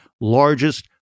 largest